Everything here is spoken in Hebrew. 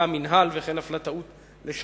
"המינהל" וכן נפלה טעות לשונית-טכנית.